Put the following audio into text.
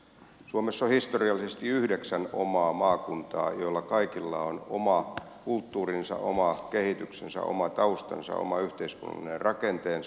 suomessa on historiallisesti yhdeksän omaa maakuntaa joilla kaikilla on oma kulttuurinsa oma kehityksensä oma taustansa oma yhteiskunnallinen rakenteensa